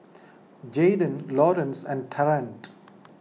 Jaden Laurance and Trent